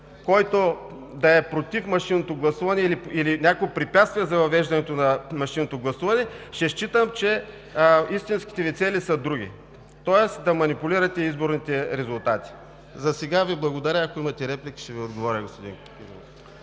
който да е против машинното гласуване, или някакво препятствие за въвеждането на машинното гласуване, ще считам, че истинските Ви цели са други – тоест да манипулирате изборните резултати. Засега Ви благодаря. Ако имате реплики, ще Ви отговоря господин Кирилов.